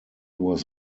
was